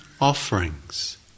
offerings